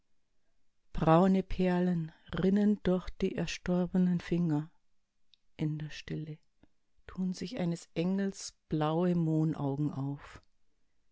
braune perlen rinnen durch die erstorbenen finger in der stille tun sich eines engels blaue mohnaugen auf